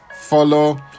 follow